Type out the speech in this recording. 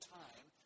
time